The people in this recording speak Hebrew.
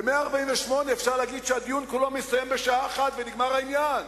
ב-148 אפשר להגיד שהדיון כולו מסתיים בשעה אחת ונגמר העניין.